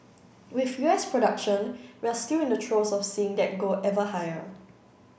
with U S production we're still in the throes of seeing that go ever higher